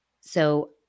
So-